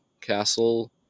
castle